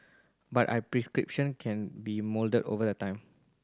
but I can be moulded over the time